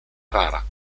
rara